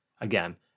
Again